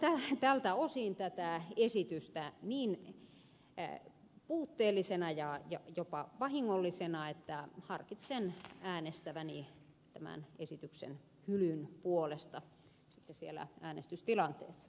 pidän tältä osin tätä esitystä niin puutteellisena ja jopa vahingollisena että harkitsen äänestäväni tämän esityksen hylyn puolesta siellä äänestystilanteessa